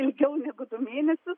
ilgiau negu du mėnesius